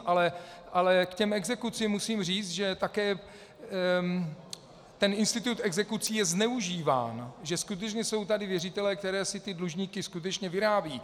Ale k těm exekucím musím říct, že také ten institut exekucí je zneužíván, že skutečně jsou tady věřitelé, kteří si ty dlužníky skutečně vyrábějí.